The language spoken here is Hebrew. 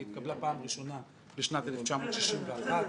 היא התקבלה פעם ראשונה בשנת 1961 בזמנו